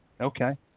Okay